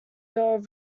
your